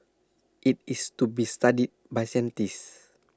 IT is to be studied by scientists